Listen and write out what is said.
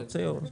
כן.